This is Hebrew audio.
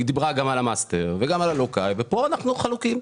היא דיברה גם על ה-master וגם על ה-local ופה אנחנו חלוקים,